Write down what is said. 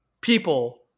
people